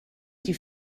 die